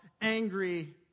angry